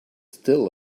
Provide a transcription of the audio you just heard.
still